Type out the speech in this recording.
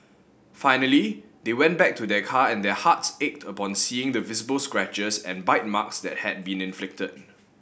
finally they went back to their car and their hearts ached upon seeing the visible scratches and bite marks that had been inflicted